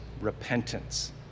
repentance